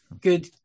good